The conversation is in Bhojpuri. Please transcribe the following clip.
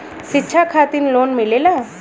शिक्षा खातिन लोन मिलेला?